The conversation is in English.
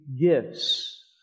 gifts